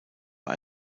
war